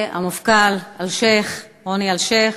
המפכ"ל אלשיך, רוני אלשיך,